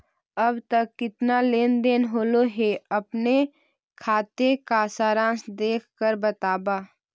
अब तक कितना लेन देन होलो हे अपने खाते का सारांश देख कर बतावा